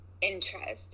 interest